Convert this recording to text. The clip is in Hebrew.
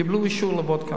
קיבלו אישור לעבוד כאן,